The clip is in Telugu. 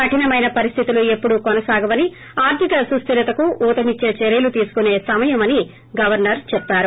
కరినమైన పరిస్థితులు ఎప్పుడూ కొనసాగవని ఆర్థిక సుస్థిరతకు ఊతమిచ్చే చర్యలు తీసుకునే సమయమని చెప్పారు